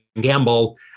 Gamble